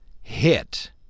hit